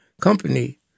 Company